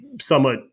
somewhat